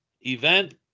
event